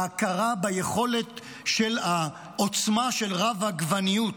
ההכרה ביכולת של העוצמה של רב-הגוניות.